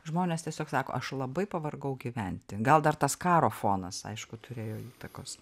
žmonės tiesiog sako aš labai pavargau gyventi gal dar tas karo fonas aišku turėjo įtakos